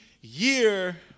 year